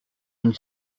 une